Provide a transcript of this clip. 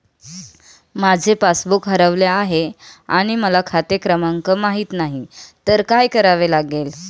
माझे पासबूक हरवले आहे आणि मला खाते क्रमांक माहित नाही तर काय करावे लागेल?